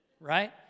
Right